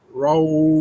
roll